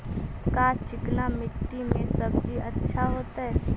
का चिकना मट्टी में सब्जी अच्छा होतै?